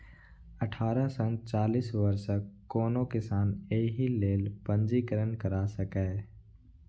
अठारह सं चालीस वर्षक कोनो किसान एहि लेल पंजीकरण करा सकैए